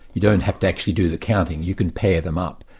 you don't have to actually do the counting you can pair them up.